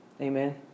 Amen